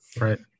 Right